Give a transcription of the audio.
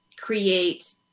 create